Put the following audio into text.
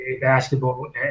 basketball